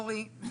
אורי,